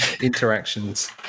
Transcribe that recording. interactions